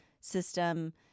system